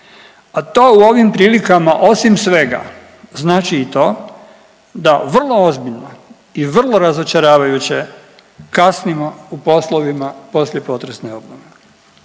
a to u ovim prilikama osim svega znači i to da vrlo ozbiljno i vrlo razočaravajuće kasnimo u poslovima poslije potresne obnove.